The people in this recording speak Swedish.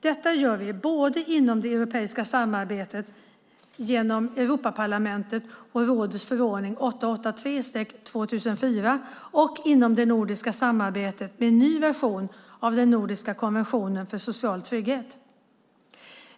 Detta gör vi både inom det europeiska samarbetet genom Europaparlamentets och rådets förordning nr 883/2004 och inom det nordiska samarbetet med en ny version av den nordiska konventionen för social trygghet.